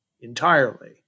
entirely